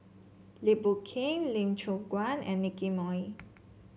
Lim Boon Keng Lee Choon Guan and Nicky Moey